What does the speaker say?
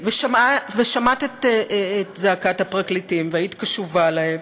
ושמעת את זעקת הפרקליטים, והיית קשובה להם,